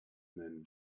nennen